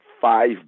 five